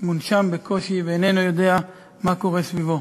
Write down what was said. מונשם בקושי, ואיננו יודע מה קורה סביבו.